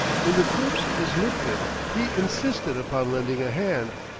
when the corpse was lifted, he insisted upon lending a hand,